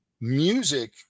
music